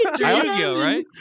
Right